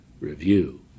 Review